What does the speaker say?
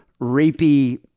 rapey